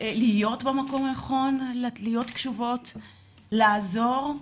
להיות במקום הנכון, להיות קשובות, לעזור.